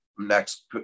next